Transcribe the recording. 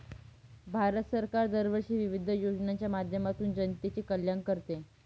भारत सरकार दरवर्षी विविध योजनांच्या माध्यमातून जनतेचे कल्याण करते